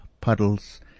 puddles